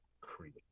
create